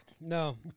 No